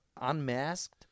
unmasked